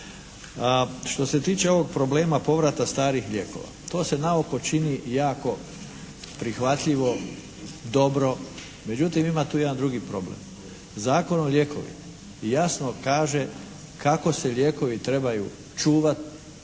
što se tiče ovog problema povrata starih lijekova to se naoko čini jako prihvatljivo, dobro. Međutim ima tu jedan drugi problem. Zakon o lijekovima jasno kaže kako se lijekovi trebaju čuvati.